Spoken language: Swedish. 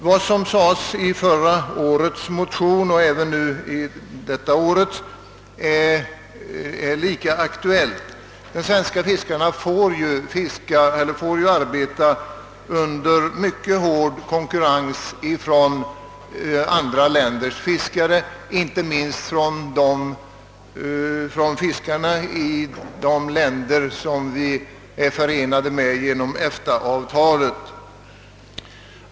Vad som sades i förra årets motion är, liksom årets motion, fortfarande aktuellt. Sveriges fiskare måste arbeta under mycket hård konkurrens från andra länders fiskare, inte minst från dem i de länder vi är förenade med genom EFTA-avtalet.